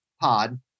pod